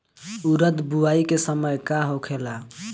उरद बुआई के समय का होखेला?